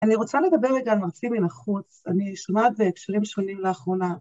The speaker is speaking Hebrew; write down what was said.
‫אני רוצה לדבר רגע על מרצים מן החוץ. ‫אני שומעת בהקשרים שונים לאחרונה.